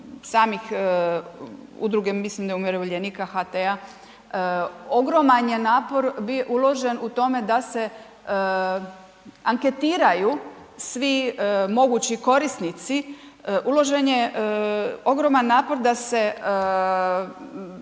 samih udruge, mislim umirovljenika HT-a ogroman je napor uložen u tome, da se anketiraju svi mogući korisnici, uložen je ogroman napor, da se